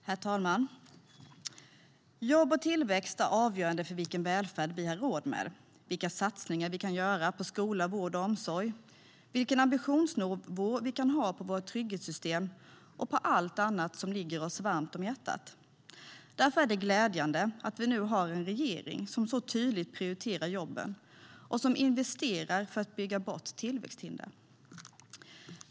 Herr talman! Jobb och tillväxt är avgörande för vilken välfärd vi har råd med, vilka satsningar vi kan göra på skola, vård och omsorg och vilken ambitionsnivå vi kan ha för våra trygghetssystem och allt annat som ligger oss varmt om hjärtat. Därför är det glädjande att vi nu har en regering som så tydligt prioriterar jobben och som investerar för att bygga bort tillväxthinder.